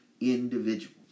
individual